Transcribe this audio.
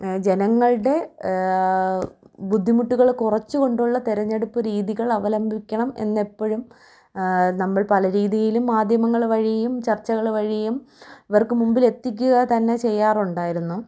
ജനങ്ങളുടെ ബുദ്ധിമുട്ടുകൾ കുറച്ചുകൊണ്ടുള്ള തിരെഞ്ഞെടുപ്പ് രീതികൾ അവലമ്പിക്കണം എന്ന് എപ്പോഴും നമ്മൾ പല രീതിയിലും മാധ്യമങ്ങൾ വഴിയും ചർച്ചകൾ വഴിയും അവർക്ക് മുമ്പിലെത്തിക്കുക തന്നെ ചെയ്യാറുണ്ടായിരുന്നു